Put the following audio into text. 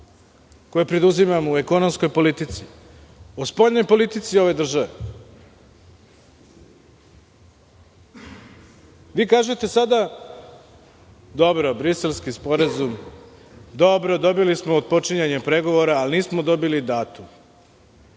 koje preduzimamo u ekonomskoj politici, o spoljnoj politici ove države. Kažete sada – dobro, Briselski sporazum, dobro, dobili smo otpočinjanje pregovora, ali nismo dobili datum.